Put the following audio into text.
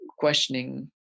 questioning